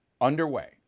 underway